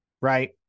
right